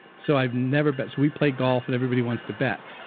so i've never bet. we play golf and everybody wants to bet.